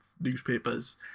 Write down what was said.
newspapers